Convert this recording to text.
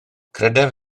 credaf